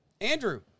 Andrew